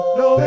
no